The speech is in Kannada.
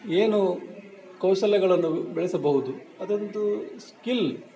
ಏನು ಕೌಶಲ್ಯಗಳನ್ನು ಬೆಳೆಸಬಹುದು ಅದಂತೂ ಸ್ಕಿಲ್